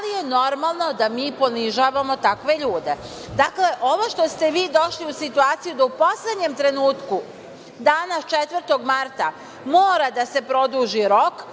li je normalno da mi ponižavamo takve ljude? Dakle, ovo što ste vi došli u situaciju da u poslednjem trenutku, danas 4. marta mora da se produži rok